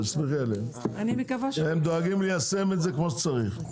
הם דואגים ליישם את זה כמו שצריך.